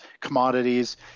commodities